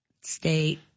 state